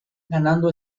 ganando